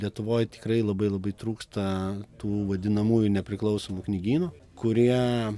lietuvoj tikrai labai labai trūksta tų vadinamųjų nepriklausomų knygynų kurie